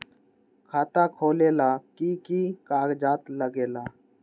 खाता खोलेला कि कि कागज़ात लगेला?